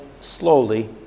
slowly